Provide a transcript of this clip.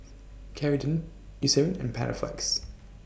Ceradan Eucerin and Panaflex